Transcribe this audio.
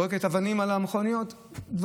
בעצם זורקת אבנים על המכוניות עוד